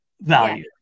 value